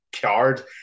card